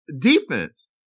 defense